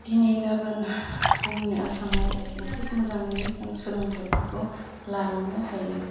दिनै गाबोन जोंनि आसामाव जोबोद मोजाङैनो जों सोलोंथाइफोरखौ लालांनो हायो